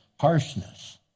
harshness